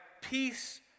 peace